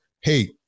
hey